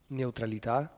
neutralità